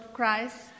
Christ